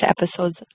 episodes